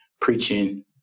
preaching